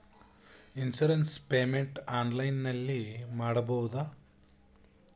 Insurance payment ಆನ್ಲೈನಿನಲ್ಲಿ ಮಾಡಬಹುದಾ?